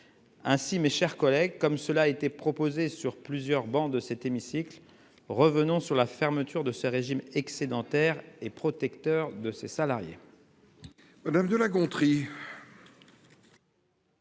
Ainsi, mes chers collègues, comme cela a été proposé sur plusieurs travées de cet hémicycle, revenons sur la fermeture de ce régime excédentaire et protecteur de ses salariés.